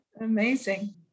Amazing